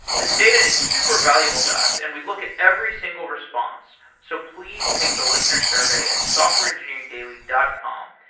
this data is super valuable to us and we'd look at every single response, so please take the listener survey at softwareengineeringdaily dot com.